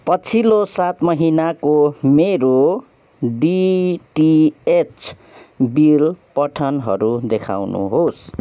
पछिल्लो सात महिनाको मेरो डिटिएच बिल पठनहरू देखाउनुहोस्